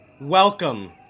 welcome